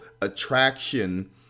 attraction